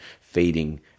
feeding